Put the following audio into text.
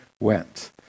went